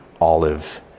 olive